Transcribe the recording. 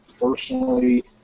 personally